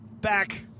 back